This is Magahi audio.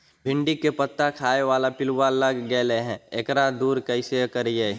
भिंडी के पत्ता खाए बाला पिलुवा लग गेलै हैं, एकरा दूर कैसे करियय?